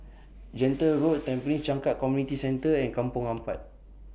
Gentle Road Tampines Changkat Community Centre and Kampong Ampat